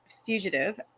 Fugitive